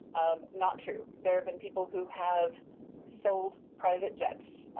um, not true. there've been people who have sold private jets,